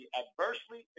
adversely